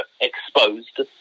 exposed